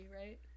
right